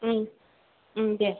दे